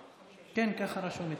כן, ככה רשום אצלי.